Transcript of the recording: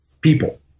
people